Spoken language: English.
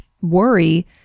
worry